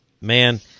man